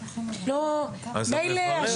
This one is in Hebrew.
לכן אם מגיע אותו מברר,